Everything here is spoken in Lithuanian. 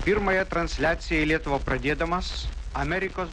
pirmąją transliaciją į lietuvą pradėdamas amerikos